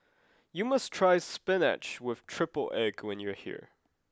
you must try Spinach with triple egg when you are here